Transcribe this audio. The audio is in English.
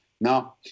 Now